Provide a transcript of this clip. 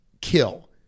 kill